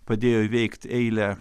padėjo įveikt eilę